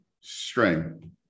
string